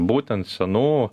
būtent senų